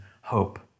hope